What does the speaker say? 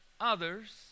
others